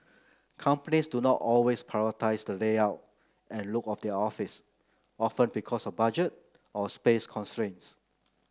companies do not always prioritise the layout and look of their office often because of budget or space constraints